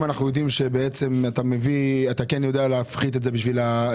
אם אנחנו יודעים שבעצם אתה כן יודע להפחית את זה לאפס,